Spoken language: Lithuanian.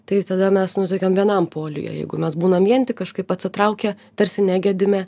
tai tada mes nu tokiam vienam poliuje jeigu mes būnam vien tik kažkaip atsitraukę tarsi negedime